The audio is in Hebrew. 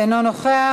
אינו נוכח.